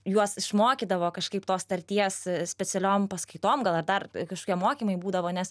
juos išmokydavo kažkaip tos tarties specialiom paskaitom gal ar dar kažkokie mokymai būdavo nes